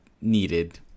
needed